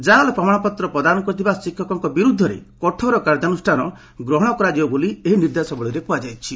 ଜାଲ୍ ପ୍ରମାଣପତ୍ର ପ୍ରଦାନ କରିଥିବା ଶିକ୍ଷକଙ୍ଙ ବିରୋଧରେ କଠୋର କାର୍ଯ୍ୟାନୁଷ୍ଠାନ ଗ୍ରହଶ କରାଯିବ ବୋଲି ଏହି ନିର୍ଦ୍ଦେଶାବଳୀରେ କୁହାଯାଇଛି